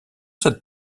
cette